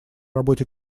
работе